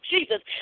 Jesus